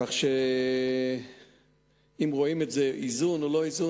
כך שאם רואים את זה כאיזון או לא איזון,